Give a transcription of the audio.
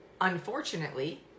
Unfortunately